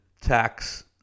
tax